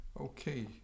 Okay